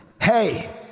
hey